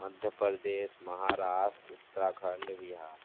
Madhya Pradesh Maharashtra Uttarakhand Bihar